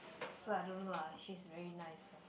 so I don't know lah she's very nice lah